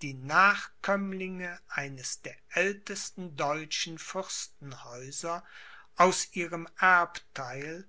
die nachkömmlinge eines der ältesten deutschen fürstenhäuser aus ihrem erbtheil